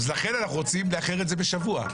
אז לכן אנחנו רוצים לאחר את זה בשבוע.